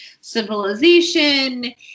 civilization